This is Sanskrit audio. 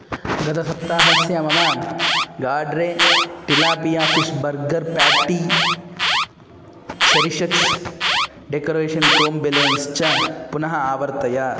गतसप्ताहस्य मम गार्ड्रे tilapia fish burger patty cherry shakes decoration chrome balloons च पुनः आवर्तय